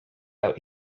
out